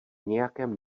nějakém